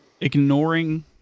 ignoring